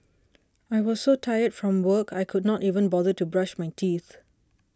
I was so tired from work I could not even bother to brush my teeth